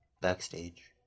Backstage